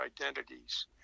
identities